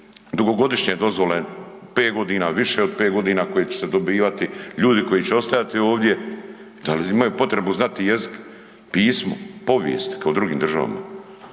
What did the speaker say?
dugogodišnje dozvole, 5 godina, više od 5 godina koje će se dobivati, ljudi koji će ostavljati ovdje, da li imaju potrebu znati jezik, pismo, povijest kao u drugim državama.